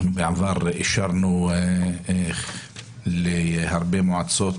בעבר אישרנו להרבה מועצות